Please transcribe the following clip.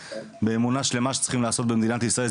באמונה שלמה שצריכים לעשות במדינת ישראל.